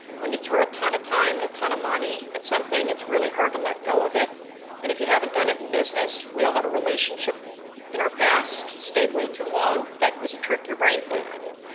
when you throw a ton of time and a ton of money at something it's really hard to let go of it and if you haven't done it in business, we all had a relationship in our past stayed way too long that was a trick your brain played on you.